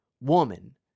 woman